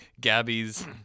Gabby's